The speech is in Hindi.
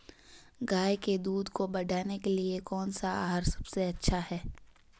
गाय के दूध को बढ़ाने के लिए कौनसा आहार सबसे अच्छा है?